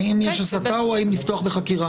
האם יש הסתה או האם לפתוח בחקירה?